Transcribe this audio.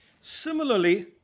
Similarly